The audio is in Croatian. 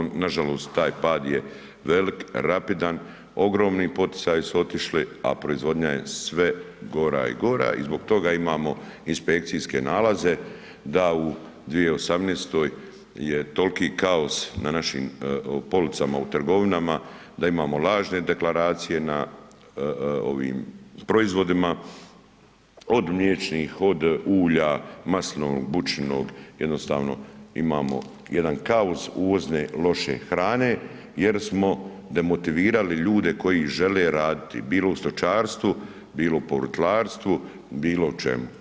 Nažalost taj pad je velik, rapidan, ogromni poticaji su otišli, a proizvodnja je sve gora i gora i zbog toga imamo inspekcijske nalaze da u 2018. je toliki kao na našim policama u trgovinama da imamo lažne deklaracije na ovim proizvodima od mliječnih, od ulja, maslinovog, bućinog jednostavno imamo jedan kaos uvozne loše hrane jer smo demotivirali ljude koji žele raditi, bilo u stočarstvu, bilo u povrtlarstvu, bilo u čemu.